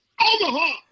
Omaha